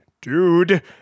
dude